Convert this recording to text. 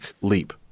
leap